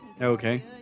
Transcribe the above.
Okay